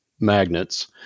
Magnets